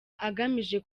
agamije